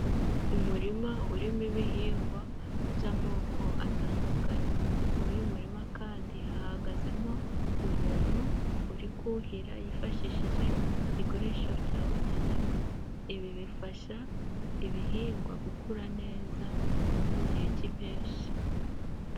Umurima urimo ibihingwa by'amoko atandukanye. Muri uyu murima kandi hahagazemo umuntu uri kuhira yifashishije igikoresho cyabugenewe. Ibi bifasha ibihingwa gukura neza no mu gihe cy'impeshyi.